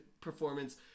performance